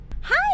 Hi